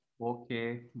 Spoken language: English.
okay